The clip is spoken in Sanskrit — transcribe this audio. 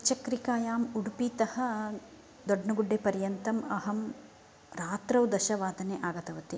त्रीचक्रिकायाम् उडूपि तः दोड्नगुड्डे पर्यन्तम् अहं रात्रौ दशवादने आगतवती